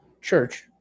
church